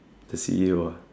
the C_E_O ah